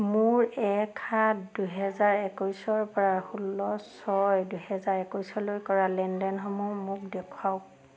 মোৰ এক সাত দুহেজাৰ একৈছৰপৰা ষোল্ল ছয় দুহেজাৰ একৈছলৈ কৰা লেনদেনসমূহ মোক দেখুৱাওক